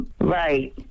Right